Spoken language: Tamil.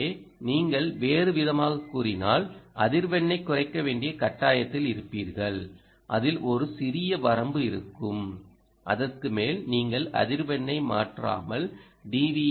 எனவே நீங்கள் வேறுவிதமாகக் கூறினால் அதிர்வெண்ணைக் குறைக்க வேண்டிய கட்டாயத்தில் இருப்பீர்கள் அதில் ஒரு சிறிய வரம்பு இருக்கும் அதற்கு மேல் நீங்கள் அதிர்வெண்ணை மாற்றாமல் டி